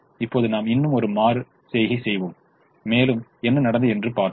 இப்போது நாம் இன்னும் ஒரு மறு செய்கை செய்வோம் மேலும் என்ன நடந்தது என்று பார்ப்போம்